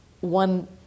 one